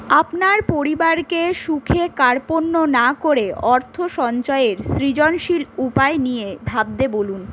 আপনার পরিবারকে সুখে কার্পণ্য না করে অর্থ সঞ্চয়ের সৃজনশীল উপায় নিয়ে ভাবতে বলুন